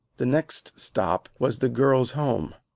the next stop was the girl's home.